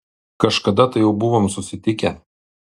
kažkada tai jau buvom susitikę